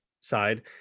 side